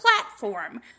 platform